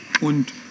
Und